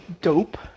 dope